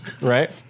right